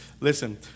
Listen